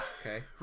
okay